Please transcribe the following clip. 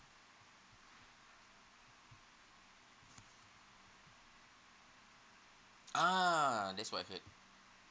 ah that's what I heard